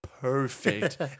perfect